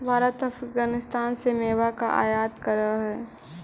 भारत अफगानिस्तान से मेवा का आयात करअ हई